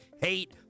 hate